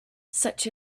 such